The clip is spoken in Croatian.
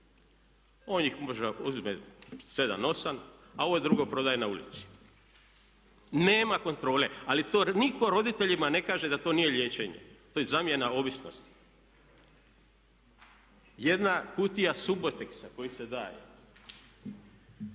On ih možda uzme 7, 8 a ovo drugo prodaje na ulici. Nema kontrole. Ali to nitko roditeljima ne kaže da to nije ličenje, to je zamjena ovisnosti. Jedna kutija suboteksa koji se daje.